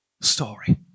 story